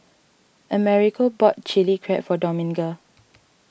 Americo bought Chilli Crab for Dominga